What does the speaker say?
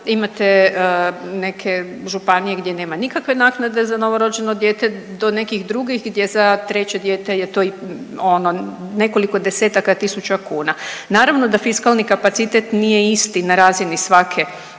imate neke županije gdje nema nikakve naknade za novorođeno dijete do nekih drugih gdje za treće dijete je to i ono nekoliko desetaka tisuća kuna. Naravno da fiskalni kapacitet nije isti na razini svake